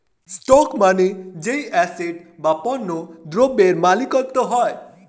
stock মানে যেই asset বা পণ্য দ্রব্যের মালিকত্ব হয়